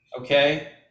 Okay